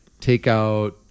takeout